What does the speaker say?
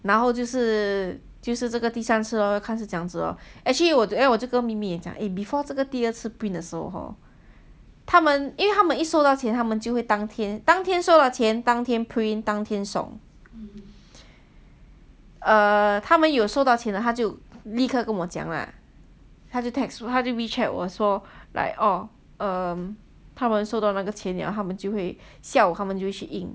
然后就是就是这个第三次 lor 看是怎样子 lor actually 我对我这个眯眯眼讲 eh before 这个第二次 print 的时候 hor 他们因为他们一收到钱他们就会当天当天收到钱当天 print 当天送 err 他们有收到钱了他就立刻跟我讲 lah 他就 text 我他就 wechat 我说 like orh um 他们收到那个钱了他们下午就回去印